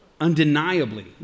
undeniably